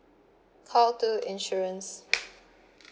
call two insurance